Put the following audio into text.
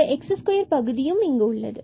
இந்த x2 பகுதியானது உள்ளது